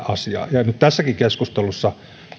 ja nyt tässäkin keskustelussa